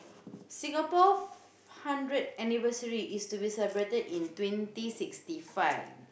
Singapore f~ hundred anniversary is to be celebrated in twenty sixty five